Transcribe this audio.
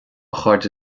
chairde